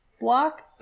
block